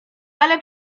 ale